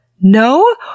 No